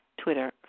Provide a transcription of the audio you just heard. Twitter